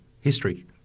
history